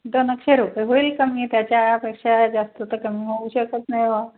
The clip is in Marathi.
दोनशे रुपये होईल कमी त्याच्यापेक्षा जास्त तर कमी होऊ शकत नाही बा